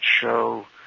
show